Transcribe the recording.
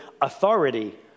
authority